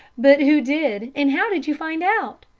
but who did, and how did you find out?